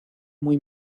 muy